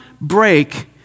break